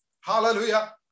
Hallelujah